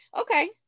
Okay